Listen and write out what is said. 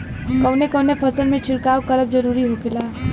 कवने कवने फसल में छिड़काव करब जरूरी होखेला?